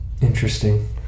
Interesting